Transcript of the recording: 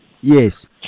Yes